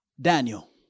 Daniel